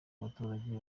abaturage